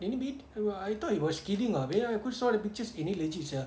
in a bit I thought he was kidding ah cause aku saw the pictures eh ni legit sia